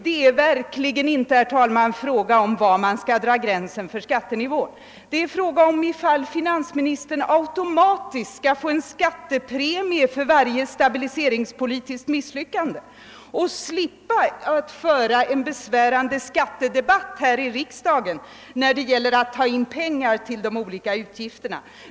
Det är verkligen inte fråga om var man skall lägga skattenivån, utan det är fråga om huruvida finansministern automatiskt skall få en skattepremie för varje stabiliseringspolitiskt misslyckande och slippa föra en besvärande skattedebatt här i riksdagen när det gäller att ta in pengar till olika utgifter.